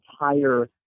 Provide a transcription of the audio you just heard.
entire